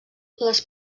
les